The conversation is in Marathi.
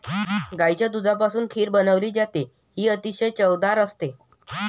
गाईच्या दुधापासून खीर बनवली जाते, ही खीर अतिशय चवदार असते